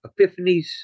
epiphanies